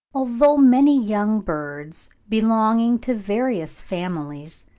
although many young birds, belonging to various families,